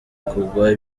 kugwa